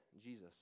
Jesus